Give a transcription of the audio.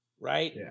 right